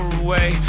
away